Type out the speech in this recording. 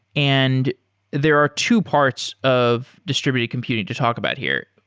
and there are two parts of distributed computing to talk about here.